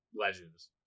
legends